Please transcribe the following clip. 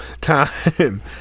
time